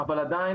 אבל עדין,